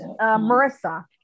Marissa